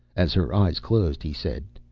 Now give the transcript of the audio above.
as her eyes closed he said,